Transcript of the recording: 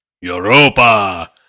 Europa